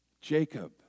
Jacob